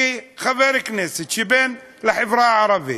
כחבר כנסת בן לחברה הערבית,